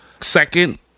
second